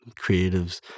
creatives